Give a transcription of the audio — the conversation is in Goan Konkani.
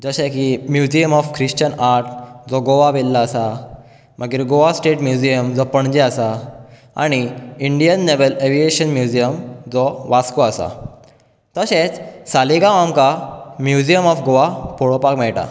जशें की म्युजीयम ऑफ क्रिश्चन आर्ट जो गोवा वेल्हा आसा मागीर गोवा स्टेट म्युजीयम जो पणजे आसा आनी इन्डीयन नेवल एवियेशन म्युजीयम जो वास्को आसा तशेंच सालीगांव आमकां म्युजीयम ऑफ गोवा पळोवपाक मेळटा